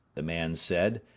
the man said,